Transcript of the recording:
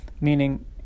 Meaning